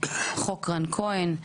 חוק רן כהן,